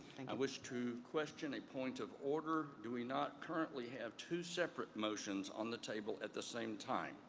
i wish to question a point of order. do we not currently have two separate motions on the table at the same time?